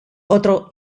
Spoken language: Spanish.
otro